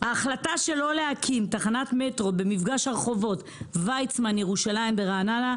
ההחלטה שלא להקים תחנת מטרו במפגש הרחובות ויצמן-ירושלים ברעננה,